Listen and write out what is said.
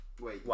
Wait